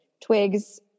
Twig's